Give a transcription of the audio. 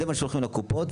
זה מה ששולחים לקופות,